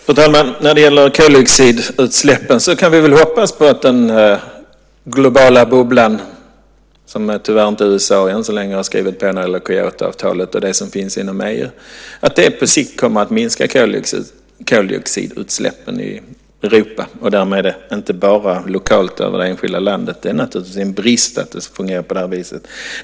Fru talman! När det gäller koldioxidutsläppen kan vi väl hoppas att den globala bubblan - även om USA tyvärr inte har skrivit på Kyotoavtalet och det som finns inom EU än så länge - på sikt kommer att minska koldioxidutsläppen i Europa, och därmed inte bara lokalt över enskilda länder. Det är naturligtvis en brist att det fungerar på det här viset.